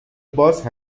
باز